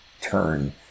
turn